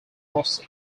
rossi